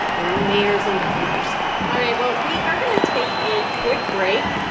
their own mayors and governors all right. well, we are going to take a quick break.